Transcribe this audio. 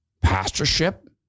Pastorship